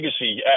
legacy